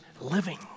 living